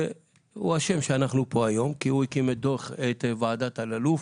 שהוא אשם שאנחנו פה היום כי הוא הקים את ועדת אלאלוף.